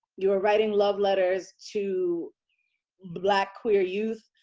you are writing love letters to black queer youth,